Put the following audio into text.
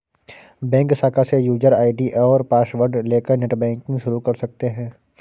bank शाखा से user ID और पॉसवर्ड लेकर नेटबैंकिंग शुरू कर सकते है